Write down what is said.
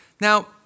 Now